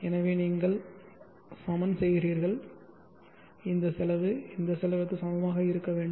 எனவே நீங்கள் சமன் செய்கிறீர்கள் இந்த செலவு இந்த செலவுக்கு சமமாக இருக்க வேண்டும்